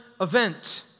event